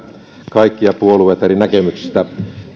kaikkia puolueita eri näkemyksistä